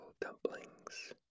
dumplings